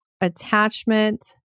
attachment